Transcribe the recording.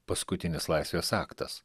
paskutinis laisvės aktas